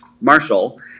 Marshall